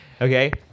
okay